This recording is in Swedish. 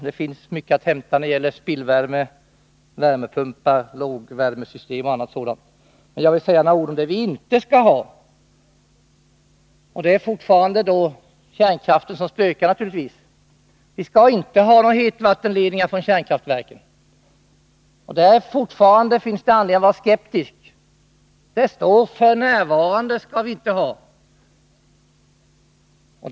Det finns mycket att hämta när det gäller spillvärme, värmepumpar, lågvärmesystem och annat sådant. Men jag vill säga några ord om det vi inte skall ha — det är då naturligtvis fortfarande kärnkraften som spökar. Vi skall inte ha hetvattenledningar från kärnkraftverken. På den punkten finns det fortfarande anledning att vara skeptisk. I betänkandet heter det att det f. n. inte är aktuellt.